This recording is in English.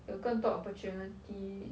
有更多 opportunity